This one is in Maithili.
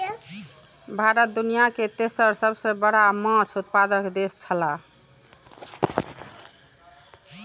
भारत दुनिया के तेसर सबसे बड़ा माछ उत्पादक देश छला